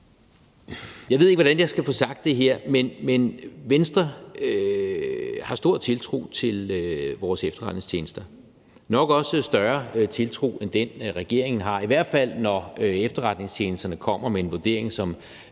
Jeg ved ikke, hvordan jeg skal få sagt det her, men Venstre har stor tiltro til vores efterretningstjenester, nok også større tiltro end den, regeringen har, i hvert fald når efterretningstjenesterne kommer med en vurdering, som